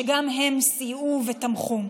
שגם הם סייעו ותמכו.